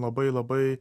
labai labai